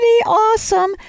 Awesome